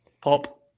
Pop